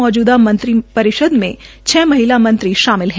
मौजूदा मंत्री परिषद में छः महिला मंत्री शामिल है